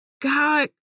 God